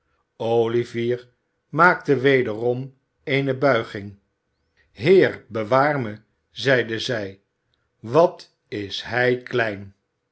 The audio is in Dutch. olivier maakte wederom eene buiging heer bewaar me zeide zij wat is hij klein